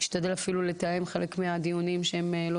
נשתדל אפילו לתאם חלק מהדיונים שהם לא